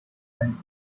and